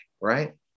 right